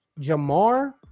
Jamar